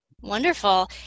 Wonderful